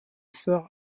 sœur